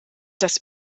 das